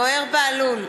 זוהיר בהלול,